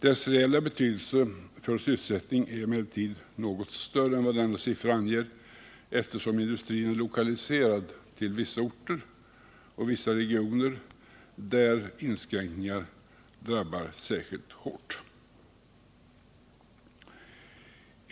Dess reella betydelse för sysselsättningen är emellertid något större än vad denna siffra antyder, eftersom industrin är lokaliserad till vissa orter och vissa regioner, där inskränkningar drabbar särskilt hårt.